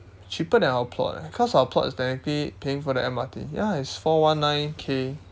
cheaper than our plot eh because our plot is technically paying for the M_R_T ya it's four one nine K